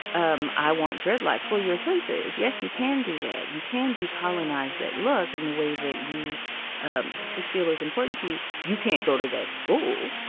um i want dreadlocks. well, your choice is yes, you can do that. you can decolonize that look in the way that you ah feel is important to you you can't go to that school.